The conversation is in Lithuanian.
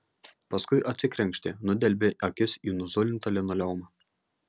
paskui atsikrenkštė nudelbė akis į nuzulintą linoleumą